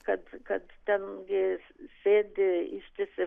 kad kad ten gi sėdi ištisi